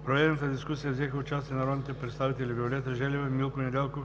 В проведената дискусия взеха участие народните представители Виолета Желева, Милко Недялков,